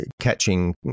catching